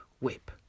Whip